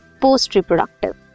post-reproductive